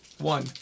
One